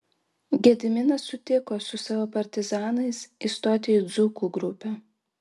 gediminas sutiko su savo partizanais įstoti į dzūkų grupę